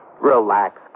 Relax